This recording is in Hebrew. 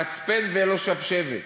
מצפן ולא שבשבת,